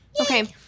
Okay